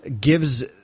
gives